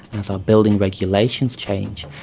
as our building regulations change,